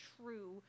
true